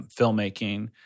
filmmaking